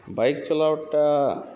bike ଚଲାବାର୍ଟା